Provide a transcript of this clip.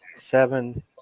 Seven